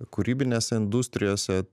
kūrybinėse industrijose